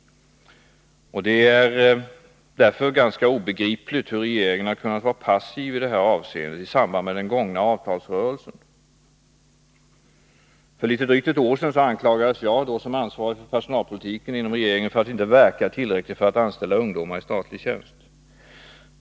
Det är därför ganska obegripligt hur regeringen kunnat vara passiv i det här avseendet i samband med den gångna avtalsrörelsen. För drygt ett år sedan anklagades jag som ansvarig inom regeringen för personalpolitiken för att vi inte verkade tillräckligt för att anställa ungdomar i statlig tjänst.